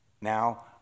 Now